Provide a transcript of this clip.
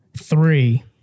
three